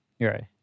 Right